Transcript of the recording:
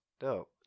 Dope